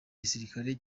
gisirikare